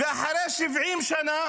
ואחרי 70 שנה